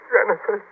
Jennifer